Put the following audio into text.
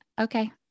Okay